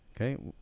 Okay